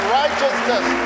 righteousness